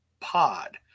pod